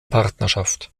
partnerschaft